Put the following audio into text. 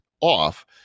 off